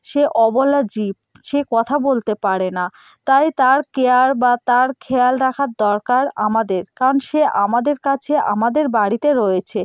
সে অবলা জীব সে কথা বলতে পারে না তাই তার কেয়ার বা তার খেয়াল রাখার দরকার আমাদের কারণ সে আমাদের কাছে আমাদের বাড়িতে রয়েছে